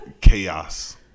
chaos